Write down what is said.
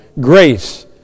grace